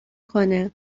کنه